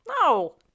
No